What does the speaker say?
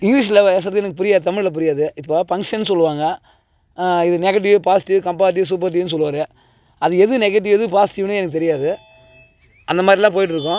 இங்கிலீஷ்ல பேசுகிறது எனக்கு புரியாது தமிழில் புரியாது இப்போது பங்க்ஷன் சொல்வாங்க இது நெகடிவ் பாசிட்டிவ் கம்பார்ட்டிவ் சூப்பர்டிவ்னு சொல்வாரு அது எது நெகட்டிவ் எது பாசிட்டிவ்னே எனக்கு தெரியாது அந்த மாதிரிலாம் போய்ட்டு இருக்கும்